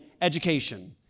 education